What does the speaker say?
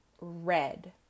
red